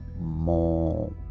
more